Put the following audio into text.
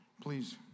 please